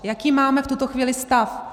Jaký máme v tuto chvíli stav?